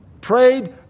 Prayed